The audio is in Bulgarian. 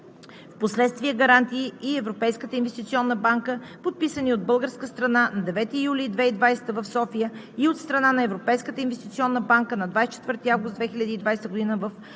впоследствие гаранти и Европейската инвестиционна банка, подписани от българска страна на 9 юли 2020 г. в София, и от страна на Европейската инвестиционна банка на 24 август 2020 г. в